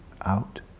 out